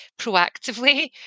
proactively